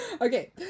Okay